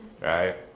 right